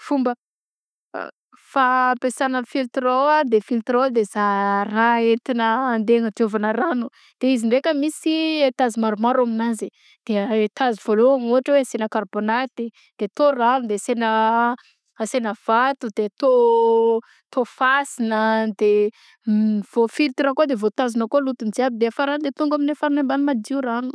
Fomba fampesana filtre à eau a de ny fitre à eau a de za- a- raha entina andeha agnadiovana rano de izy ndraika misy etazy maromaro aminanjy de etazy vaoloany ôhatra asina karbônaty de atao rano de asina a- asina vato de atao atao fasina de m- vao filtra akao de vaotazona akaô loto jiaby de faragny de tonga amin'ny farany ambany madio tsara rano.